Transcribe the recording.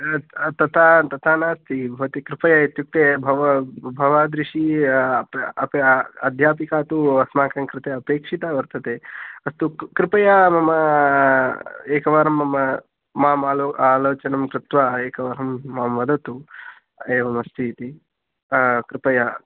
तथा तथा नास्ति भवती कृपया इत्युक्ते भव् भवादृशी अध्यापिका तु अस्माकं कृते अपेक्षिता वर्तते अस्तु कृपया मम एकवारं मम मां अलोचनं कृत्वा एकवारं मां वदतु एवमस्तीति कृपया